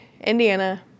Indiana